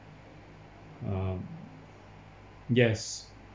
um yes